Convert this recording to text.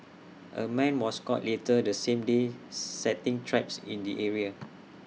A man was caught later the same day setting traps in the area